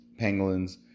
pangolins